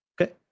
Okay